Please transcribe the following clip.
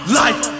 life